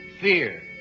fear